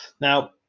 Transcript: now